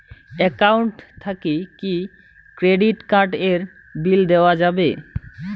Account থাকি কি credit card এর বিল দেওয়া যাবে?